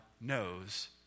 knows